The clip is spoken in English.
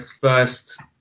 first